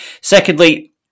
Secondly